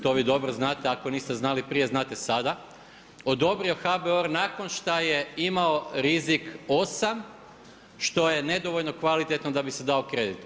To vi dobro znate, ako niste znali prije, znate sada odobrio HBOR nakon šta je imao rizik 8. što je nedovoljno kvalitetno da bi se dao kredit.